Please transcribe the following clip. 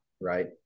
right